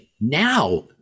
Now